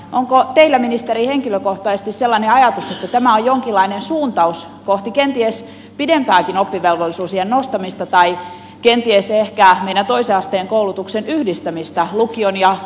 onko teillä ministeri henkilökohtaisesti sellainen ajatus että tämä on jonkinlainen suuntaus kohti kenties pidempääkin oppivelvollisuusiän nostamista tai kenties ehkä meidän toisen asteen koulutuksen yhdistämistä lukion ja ammatillisen opetuksen